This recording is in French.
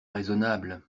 raisonnable